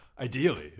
Ideally